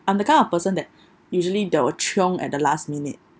I'm the kind of person that usually that will chiong at the last minute